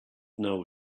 know